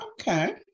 Okay